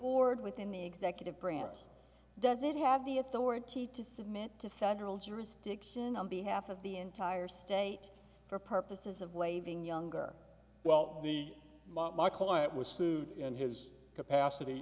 board within the executive branch does it have the authority to submit to federal jurisdiction on behalf of the entire state for purposes of waiving younger well the my client was sued in his capacity